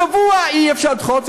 בשבוע אי-אפשר לדחות,